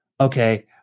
okay